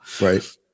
Right